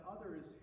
others